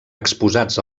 exposats